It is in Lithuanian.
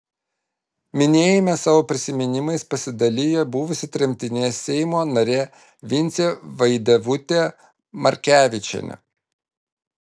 minėjime savo prisiminimais pasidalijo buvusi tremtinė seimo narė vincė vaidevutė markevičienė